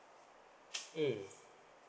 mm